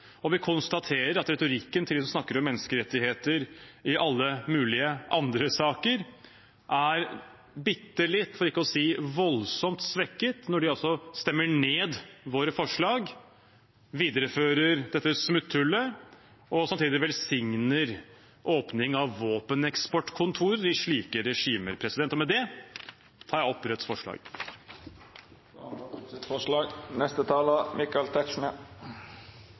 sivile. Vi konstaterer at retorikken til dem som snakker om menneskerettigheter i alle mulige andre saker, er bitte litt, for ikke å si voldsomt, svekket når de stemmer ned våre forslag, viderefører dette smutthullet og samtidig velsigner åpning av våpeneksportkontorer i slike regimer. Med det tar jeg opp Rødts forslag.